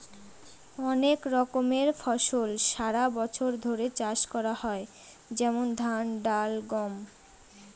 অনেক রকমের ফসল সারা বছর ধরে চাষ করা হয় যেমন ধান, ডাল, গম